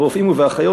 ברופאים ובאחיות,